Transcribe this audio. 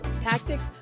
tactics